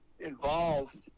involved